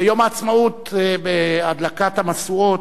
ביום העצמאות, בהדלקת המשואות,